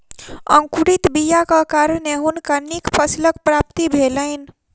अंकुरित बीयाक कारणें हुनका नीक फसीलक प्राप्ति भेलैन